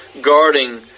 guarding